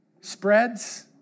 spreads